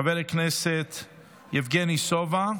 חבר הכנסת יבגני סובה.